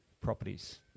properties